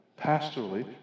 pastorally